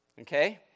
okay